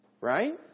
Right